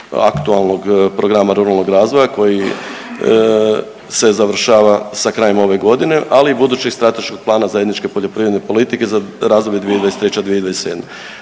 aktualnog programa ruralnog razvoja koji se završava sa krajem ove godine ali i budućeg strateškog plana zajedničke poljoprivredne politike za razdoblje 2023./2027.